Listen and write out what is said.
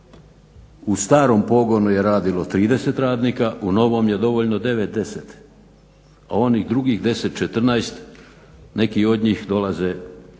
u starom pogonu je radilo 30 radnika, u novom je dovoljno 9, 10, a onih drugih 10, 14 neki od njih dolaze kod